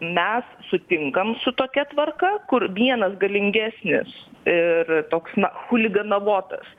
mes sutinkam su tokia tvarka kur vienas galingesnis ir toks na chuliganavotas